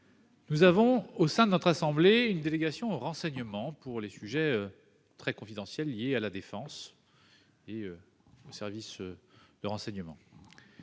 Nous avons, commune aux deux assemblées, une délégation au renseignement, pour les sujets très confidentiels liés à la défense et aux services de renseignement.